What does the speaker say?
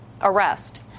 arrest